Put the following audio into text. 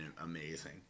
amazing